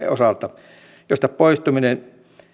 osalta joista poistuminen